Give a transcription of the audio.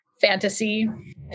fantasy